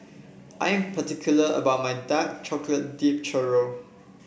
I am particular about my Dark Chocolate Dipped Churro